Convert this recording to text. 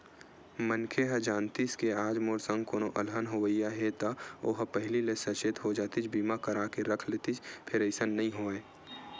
मनखे ह जानतिस के आज मोर संग कोनो अलहन होवइया हे ता ओहा पहिली ले सचेत हो जातिस बीमा करा के रख लेतिस फेर अइसन नइ होवय